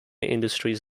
industries